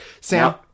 Sam